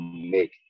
make